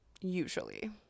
usually